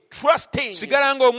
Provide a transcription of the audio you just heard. trusting